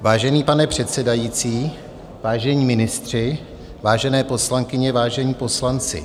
Vážený pane předsedající, vážení ministři, vážené poslankyně, vážení poslanci.